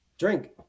drink